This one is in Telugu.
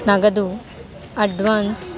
నగదు అడ్వాన్స్